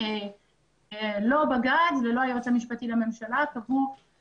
לא בג"ץ ולא היועץ המשפטי לממשלה קבעו